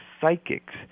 Psychics